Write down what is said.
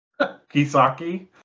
Kisaki